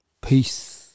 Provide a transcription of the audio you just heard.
peace